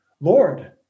Lord